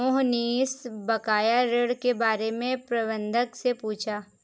मोहनीश बकाया ऋण के बारे में प्रबंधक से पूछा